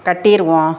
கட்டிடுவோம்